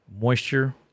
moisture